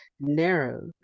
narrow